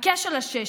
הקש על השש,